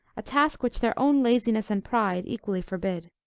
a task which their own laziness and pride equally forbid.